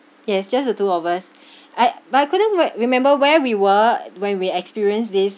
yes it's just the two of us I but I couldn't re~ remember where we were when we experienced this